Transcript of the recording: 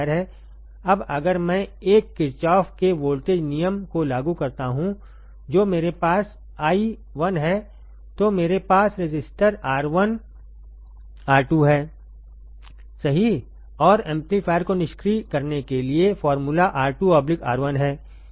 अब अगर मैं एक किर्चॉफ़ के वोल्टेज नियम Kirchoff's Voltage Law को लागू करता हूं जो मेरे पास i1 है तो मेरे पास रेसिस्टर R1 R2 है सही और एम्पलीफायर को निष्क्रिय करने के लिए फॉर्मूला R2 R1है